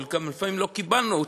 וגם לפעמים לא קיבלנו,